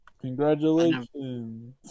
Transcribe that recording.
Congratulations